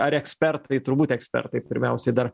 ar ekspertai turbūt ekspertai pirmiausiai dar